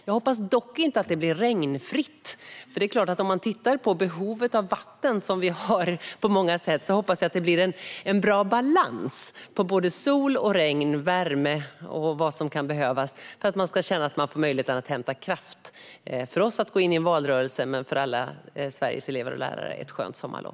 Jag hoppas dock att det inte blir regnfritt, för med tanke på vårt behov av vatten hoppas jag att det blir en bra balans av sol, regn, värme och vad som kan behövas för att vi ska få möjlighet att hämta kraft för att gå in i valrörelsen. Jag önskar alla Sveriges elever och lärare ett skönt sommarlov.